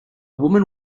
woman